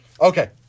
Okay